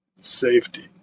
safety